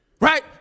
right